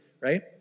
right